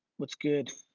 what's good?